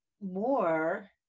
more